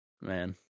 Man